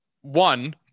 one